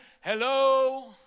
hello